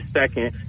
second